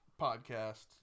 podcast